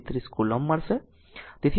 33 coulomb મળશે